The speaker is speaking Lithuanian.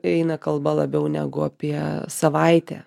eina kalba labiau negu apie savaitę